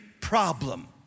problem